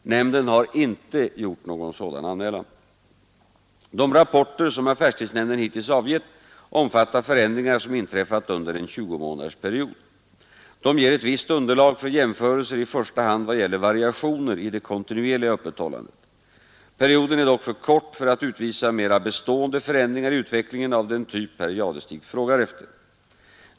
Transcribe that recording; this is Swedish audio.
Nämnden har inte gjort någon sådan anmälan. De rapporter som affärstidsnämnden hittills avgivit omfattar förändringar som inträffat under en 20-månadersperiod. De ger visst underlag för jämförelser i första hand vad gäller variationer i det kontinuerliga öppethållandet. Perioden är dock för kort för att utvisa mera bestående förändringar i utvecklingen av den typ herr Jadestig frågar efter.